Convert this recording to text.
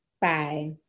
Bye